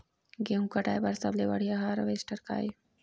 गेहूं कटाई बर सबले बढ़िया हारवेस्टर का ये?